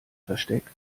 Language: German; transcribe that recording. versteckt